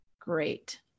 Great